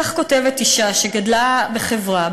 כך כותבת אישה שגדלה בחברה,